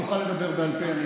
נוכל לדבר בעל פה.